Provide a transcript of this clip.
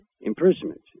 imprisonment